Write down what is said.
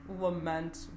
lament